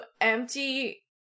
empty